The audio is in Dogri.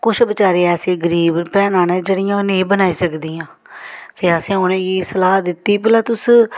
कुछ बेचारे ऐसे गरीब भैनां न जेह्ड़ियां नेईं बनाई सकदियां ते असें उ'नेंगी सलाह् दित्ती भला तुस